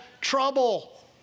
trouble